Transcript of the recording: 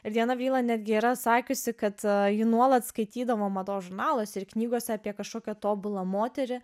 ir diana vriland netgi yra sakiusi kad ji nuolat skaitydavo mados žurnaluose ir knygose apie kažkokią tobulą moterį